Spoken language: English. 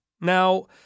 now